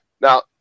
Now